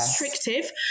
restrictive